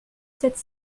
cette